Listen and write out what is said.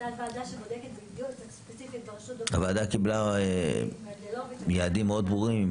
וועדה שבודקת --- הוועדה קיבלה יעדים מאוד ברורים,